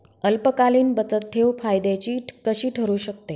अल्पकालीन बचतठेव फायद्याची कशी ठरु शकते?